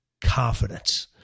confidence